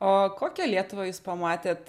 o kokią lietuvą jūs pamatėt